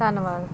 ਧੰਨਵਾਦ